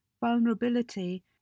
vulnerability